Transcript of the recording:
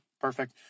perfect